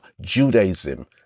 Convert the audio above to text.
Judaism